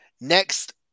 Next